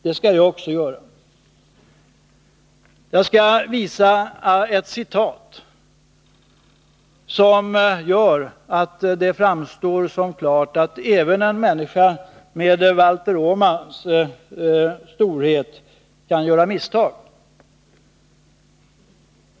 Det skall också jag göra. Jag skall anföra ett citat som gör att det framstår som klart att även en människa med Valter Åmans storhet kan göra misstag.